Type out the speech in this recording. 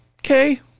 Okay